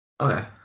Okay